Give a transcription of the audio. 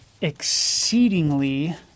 exceedingly